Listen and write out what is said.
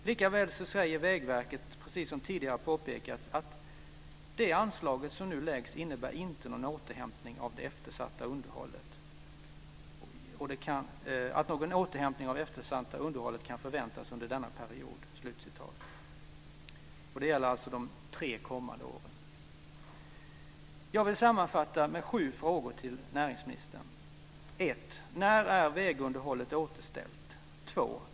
Likväl säger Vägverket, som tidigare påpekats: "Detta innebär att någon återhämtning av det eftersatta underhållet inte kan förväntas under denna period." Det gäller alltså de tre kommande åren. Jag vill sammanfatta med sju frågor till näringsministern: 1. När kommer vägunderhållet att vara återställt? 2.